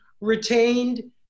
retained